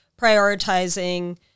prioritizing